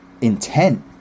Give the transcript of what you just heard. intent